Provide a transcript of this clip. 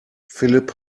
philipp